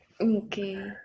Okay